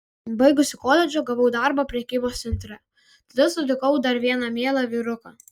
baigusi koledžą gavau darbą prekybos centre tada sutikau dar vieną mielą vyruką